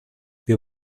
wir